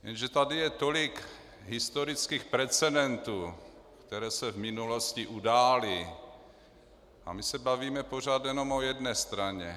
Jenže tady je tolik historických precedentů, které se v minulosti udály, a my se bavíme pořád jenom o jedné straně.